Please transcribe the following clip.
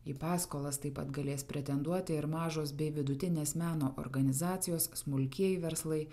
į paskolas taip pat galės pretenduoti ir mažos bei vidutinės meno organizacijos smulkieji verslai